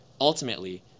Ultimately